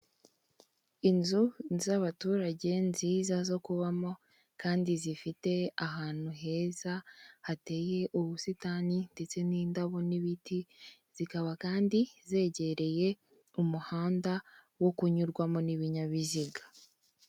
Inzu z'abaturage nziza zo kubamo kandi zifite ahantu heza hateye ubusitani ndetse n'indabo n'ibiti zikaba kandi zegereye umuhanda wo kunyurwamo n'ibinyabiziga.